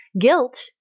guilt